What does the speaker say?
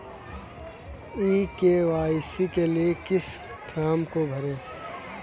ई KYC के लिए किस फ्रॉम को भरें?